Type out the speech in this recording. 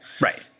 Right